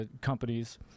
companies